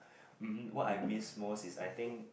mm what I miss most is I think